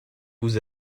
vous